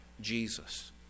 Jesus